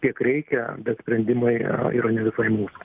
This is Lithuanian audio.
kiek reikia bet sprendimai yra ne visai mūsų